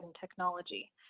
technology